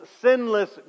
sinless